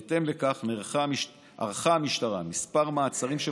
בהתאם לכך ערכה המשטרה כמה מעצרים של